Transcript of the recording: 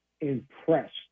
impressed